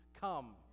come